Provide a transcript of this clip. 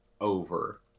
over